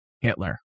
Hitler